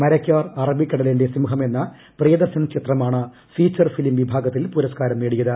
മരയ്ക്കാർ അറബിക്കടലിന്റെ സിംഹം എന്ന പ്രിയദർശൻ ചിത്രമാണ് ഫീച്ചർ ഫിലിം വിഭാഗത്തിൽ പുരസ്കാരം നേടിയത്